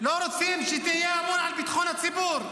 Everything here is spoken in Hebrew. לא רוצים שתהיה אמון על ביטחון הציבור.